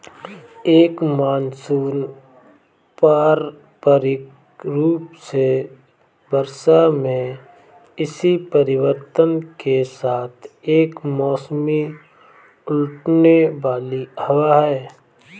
एक मानसून पारंपरिक रूप से वर्षा में इसी परिवर्तन के साथ एक मौसमी उलटने वाली हवा है